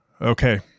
Okay